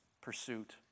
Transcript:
pursuit